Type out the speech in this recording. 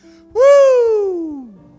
Woo